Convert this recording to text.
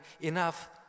enough